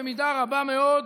במידה רבה מאוד,